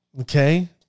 okay